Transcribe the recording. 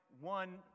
one